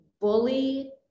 bully